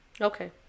Okay